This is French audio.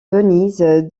venise